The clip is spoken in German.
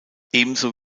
ebenso